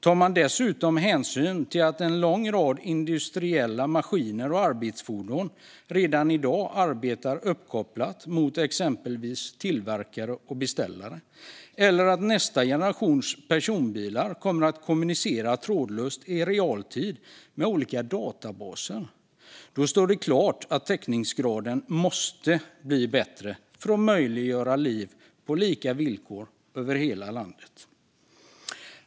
Tar man dessutom hänsyn till att en lång rad industriella maskiner och arbetsfordon redan i dag arbetar uppkopplat mot exempelvis tillverkare och beställare, eller att nästa generations personbilar kommer att kommunicera trådlöst i realtid med olika databaser, står det klart att täckningsgraden måste bli bättre för att möjliggöra liv på lika villkor över hela landet.